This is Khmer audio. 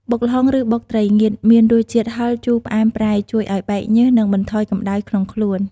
បុកល្ហុងឫបុកត្រីងៀតមាន រសជាតិហឹរ ជូរ ផ្អែម ប្រៃ ជួយឱ្យបែកញើស និងបន្ថយកម្ដៅក្នុងខ្លួន។